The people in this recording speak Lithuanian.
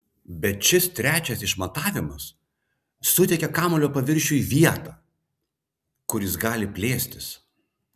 bet šis trečias išmatavimas suteikia kamuolio paviršiui vietą kur jis gali plėstis